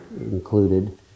included